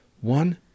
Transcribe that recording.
One